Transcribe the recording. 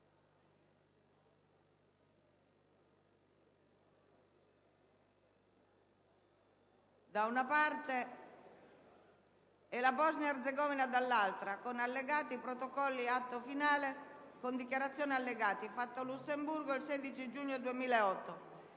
da una parte, e la Bosnia-Erzegovina, dall'altra, con Allegati, Protocolli e Atto finale con dichiarazioni allegate, fatto a Lussemburgo il 16 giugno 2008***